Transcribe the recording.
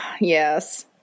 Yes